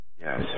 Yes